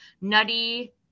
nutty